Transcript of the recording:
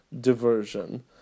diversion